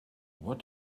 what